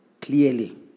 clearly